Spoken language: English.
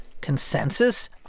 consensus